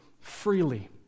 freely